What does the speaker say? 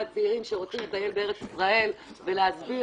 הצעירים שרוצים לטייל בארץ-ישראל ולהסביר,